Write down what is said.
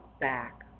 back